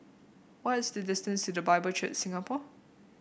what is the distance to The Bible Church Singapore